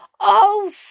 Oh